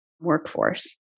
workforce